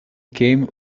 came